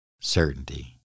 certainty